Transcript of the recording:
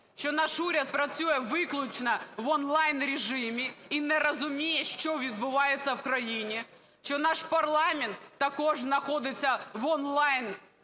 що наш уряд працює виключно в онлайн-режимі і не розуміє, що відбувається в країні, що наш парламент також знаходиться в онлайн-режимі